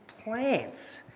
plants